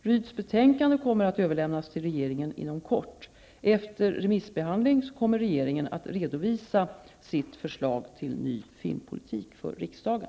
Rydhs betänkande kommer att överlämnas till regeringen inom kort. Efter remissbehandling kommer regeringen att redovisa sitt förslag till ny filmpolitik för riksdagen.